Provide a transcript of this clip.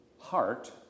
heart